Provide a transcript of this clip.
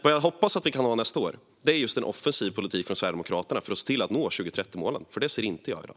Vad jag hoppas på nästa år är just en offensiv politik från Sverigedemokraterna för att nå 2030-målen. Det ser jag inte i dag.